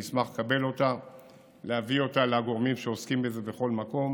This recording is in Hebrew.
נשמח לקבל אותה ולהביא אותה לגורמים שעוסקים בזה בכל מקום